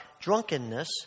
drunkenness